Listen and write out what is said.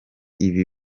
ibi